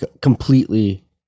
completely